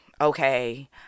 Okay